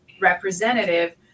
representative